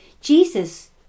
Jesus